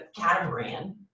catamaran